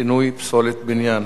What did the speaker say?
(פינוי פסולת בניין),